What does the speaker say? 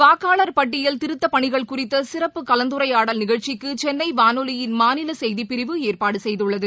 வாக்காளர் பட்டியல் திருத்தப் பணிகள் குறித்தசிறப்பு கலந்துரையாடல் நிகழ்ச்சிக்குசென்னைவானொலியின் மாநிலசெய்திப் பிரிவு ஏற்பாடுசெய்துள்ளது